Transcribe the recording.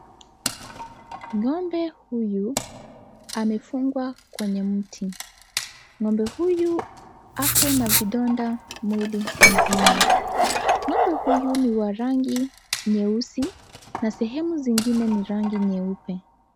Ng'ombe huyu amefungwa kwenye mti. Ng'ombe huyu ako na vidonda mwili mzima. Ng'ombe huyu ni wa rangi nyeusi na sehemu zingine ni rangi nyeupe.